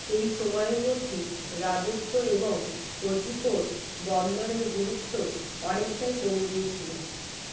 এই সময়ের মধ্যে রাজত্ব এবং কোঝিকোড বন্দরের গুরুত্ব অনেকটাই কমে গিয়েছিলো